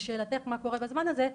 לשאלתך מה קורה בזמן הזה,